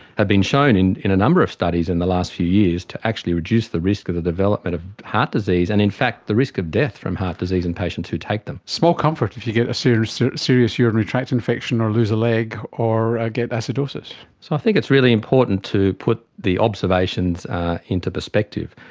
have been shown in in a number of studies in the last few years to actually reduce the risk of the development of heart disease, and in fact the risk of death from heart disease in patients who take them. small comfort if you get a serious serious urinary tract infection or lose a leg or get acidosis. so i think it's really important to put the observations into perspective.